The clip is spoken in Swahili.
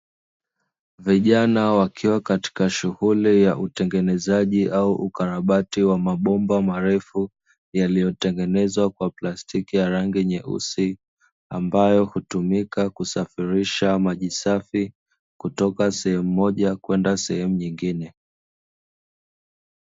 Vijana wakiwa katika shughuli ya utengenezaji au ukarabati wa mabomba maref,u yaliyotengenezwa kwa plastiki ya rangi nyeusi, ambayo hutumika kusafirisha maji safi, kutoka sehemu moja kwenda sehemu nyengine.